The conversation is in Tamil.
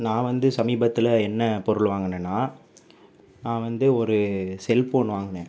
நான் வந்து சமீபத்தில் என்ன பொருள் வாங்கினேன்னா நான் வந்து ஒரு செல் ஃபோன் வாங்கினேன்